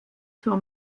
zur